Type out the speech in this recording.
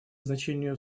значение